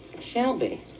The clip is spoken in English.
Shelby